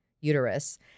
uterus